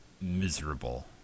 miserable